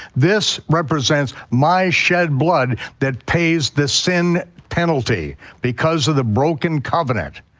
this represents my shed blood that pays the sin penalty because of the broken covenant.